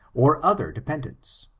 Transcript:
or other dependants.